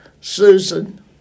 Susan